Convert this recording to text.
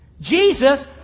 Jesus